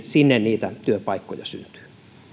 sinne niitä työpaikkoja syntyy